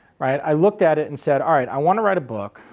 right, i looked at it and said, alright i want to write a book,